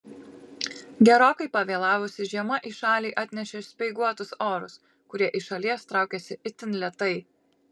gerokai pavėlavusi žiema į šalį atnešė speiguotus orus kurie iš šalies traukiasi itin lėtai